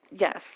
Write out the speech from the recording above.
Yes